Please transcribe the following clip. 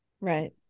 Right